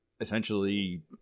essentially